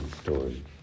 story